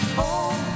home